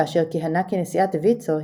כאשר כיהנה כנשיאת ויצו,